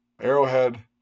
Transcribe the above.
Arrowhead